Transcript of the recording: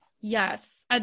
yes